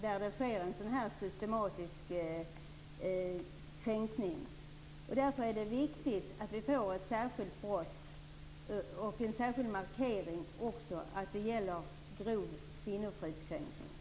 Därför är det viktigt att det rubriceras som ett särskilt brott och att det görs en särskild markering att det gäller grov kvinnofridskränkning.